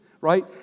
right